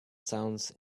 sounds